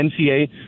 NCA